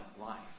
life